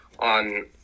On